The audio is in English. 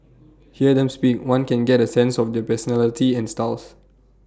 hear them speak one can get A sense of their personality and styles